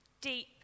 deep